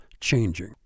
Changing